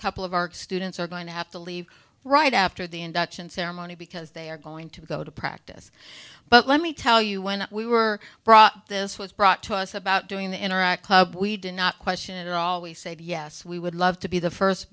couple of our students are going to have to leave right after the induction ceremony because they are going to go to practice but let me tell you when we were brought up this was brought to us about doing the interact club we did not question at all we said yes we would love to be the first